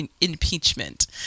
impeachment